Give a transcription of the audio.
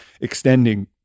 extending